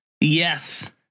Yes